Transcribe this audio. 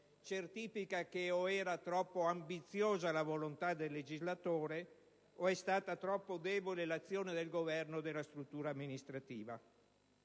certifica che o era troppo ambiziosa la volontà del legislatore o è stata troppo debole l'azione del Governo o della struttura amministrativa.